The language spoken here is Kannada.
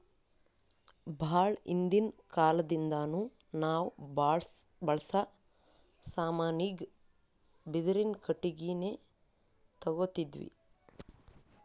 ಭಾಳ್ ಹಿಂದಿನ್ ಕಾಲದಿಂದಾನು ನಾವ್ ಬಳ್ಸಾ ಸಾಮಾನಿಗ್ ಬಿದಿರಿನ್ ಕಟ್ಟಿಗಿನೆ ತೊಗೊತಿದ್ವಿ